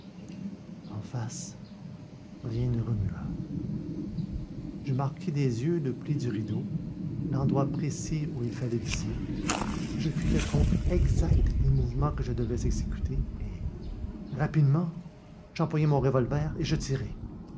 en face rien ne remua je marquai des yeux le pli du rideau l'endroit précis où il fallait viser je fis le compte exact des mouvements que je devais exécuter et rapidement j'empoignai mon revolver et je tirai